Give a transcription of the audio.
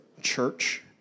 church